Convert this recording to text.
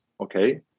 okay